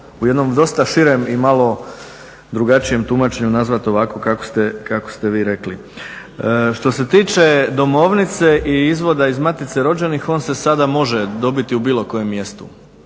u jednom dosta širem i malo drugačijem tumačenju nazvati ovako kako ste vi rekli. Što se tiče domovnice i izvoda iz matice rođenih, on se sada može dobiti u bilo kojem mjestu,